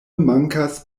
mankas